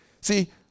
See